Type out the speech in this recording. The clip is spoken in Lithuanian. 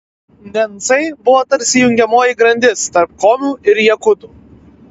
nencai buvo tarsi jungiamoji grandis tarp komių ir jakutų